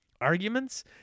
arguments